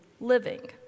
living